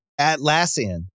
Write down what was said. Atlassian